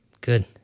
Good